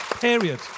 Period